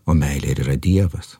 o meilė ir yra dievas